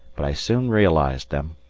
but i soon realized them,